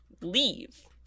leave